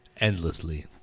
Endlessly